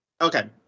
Okay